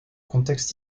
contexte